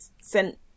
sent